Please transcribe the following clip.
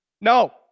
No